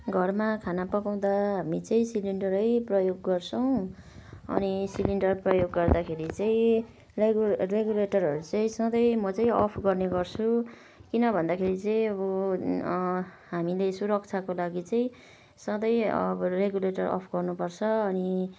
घरमा खाना पकाउँदा हामी चाहिँ सिलिन्डरै प्रयोग गर्छौँ अनि सिलिन्डर प्रयोग गर्दाखेरि चाहिँ रेगु रेगुलेटरहरू चाहिँ सधैँ म चाहिँ अफ गर्ने गर्छु किन भन्दाखेरि चाहिँ अब हामीले सुरक्षाको लागि चाहिँ सधैँ अब रेगुलेटर अफ गर्नुपर्छ अनि